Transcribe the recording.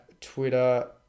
Twitter